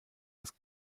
des